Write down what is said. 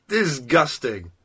Disgusting